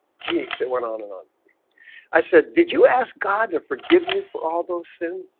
geez it went on and on i said, did you ask god to forgive you for all those sins